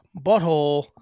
butthole